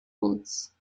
goods